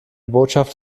botschaft